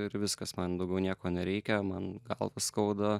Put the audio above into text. ir viskas man daugiau nieko nereikia man galvą skauda